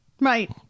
right